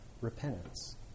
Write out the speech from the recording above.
repentance